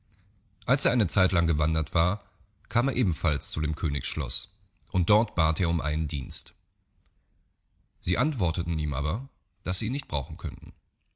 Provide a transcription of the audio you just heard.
als er eine zeitlang gewandert war kam er ebenfalls zu dem königsschloß und dort bat er um einen dienst sie antworteten ihm aber daß sie ihn nicht brauchen könnten